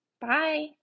Bye